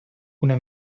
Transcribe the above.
una